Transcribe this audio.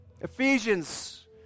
Ephesians